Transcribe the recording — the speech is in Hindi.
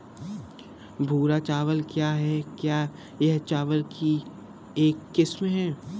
भूरा चावल क्या है? क्या यह चावल की एक किस्म है?